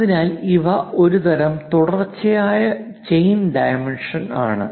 അതിനാൽ ഇവ ഒരുതരം തുടർച്ചയായ ചെയിൻ ഡൈമെൻഷൻ ആണ്